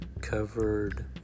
covered